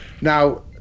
Now